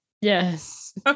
Yes